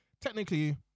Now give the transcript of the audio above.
technically